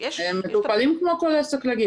הם מטופלים כמו כל עסק רגיל.